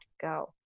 go